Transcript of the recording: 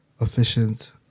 efficient